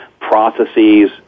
processes